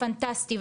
פנטסטי,